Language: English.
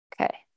Okay